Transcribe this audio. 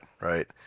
right